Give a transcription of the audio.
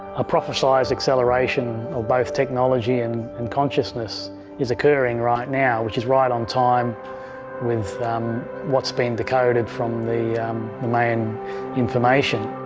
a prophesied acceleration of both technology and and consciousness is occurring right now which is right on time with what's been decoded from the mayan information.